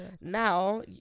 now